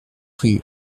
rue